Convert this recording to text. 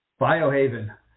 Biohaven